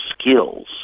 skills